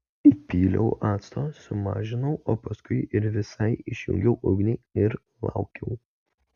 įpyliau acto sumažinau o paskui ir visai išjungiau ugnį ir laukiau